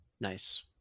Nice